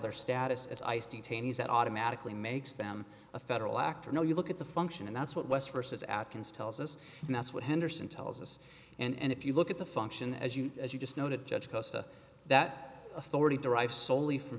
their status as ice detainees that automatically makes them a federal actor no you look at the function and that's what west versus atkins tells us and that's what henderson tells us and if you look at the function as you as you just noted judge acosta that authority derives solely from